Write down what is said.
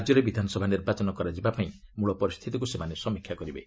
ରାଜ୍ୟରେ ବିଧାନସଭା ନିର୍ବାଚନ କରାଯିବା ପାଇଁ ମୂଳ ପରିସ୍ଥିତିକୁ ସେମାନେ ସମୀକ୍ଷା କରିବେ